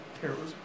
terrorism